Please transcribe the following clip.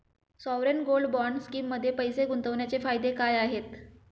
Sovereign gold bond स्कीममध्ये पैसे गुंतवण्याचे फायदे काय आहेत?